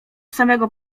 samego